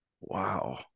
wow